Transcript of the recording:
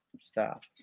Stop